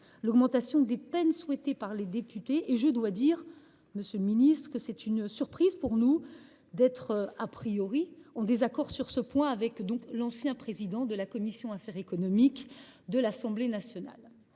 l’augmentation des peines souhaitées par les députés et je dois dire, monsieur le ministre, que c’est une surprise pour nous d’être en désaccord sur ce point avec l’ancien président de la commission des affaires économiques de l’Assemblée nationale